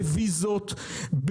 בוויזות,